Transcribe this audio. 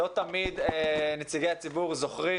לא תמיד נציגי הציבור זוכרים